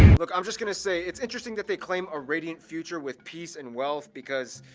look, i'm just going to say it's interesting that they claim a radiant future with peace and wealth because.